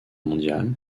mondiale